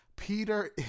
Peter